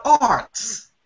arts